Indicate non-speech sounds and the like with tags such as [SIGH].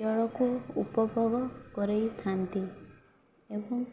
ଜଳକୁ [UNINTELLIGIBLE] କରିଥାନ୍ତି ଏବଂ